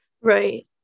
right